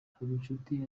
habinshuti